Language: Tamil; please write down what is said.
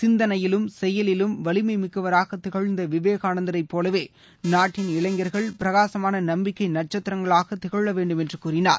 சிந்தனையிலும் செயலிலும் வலிமை மிக்கவராக திகழ்ந்த விவேகானந்தரைப் போலவே நாட்டின் இளைஞர்கள் பிரகாசமான நம்பிக்கை நட்சத்திரங்களாக திகழ வேண்டும் என்றார்